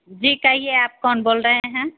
जी कहिए आप कौन बोल रहे हैं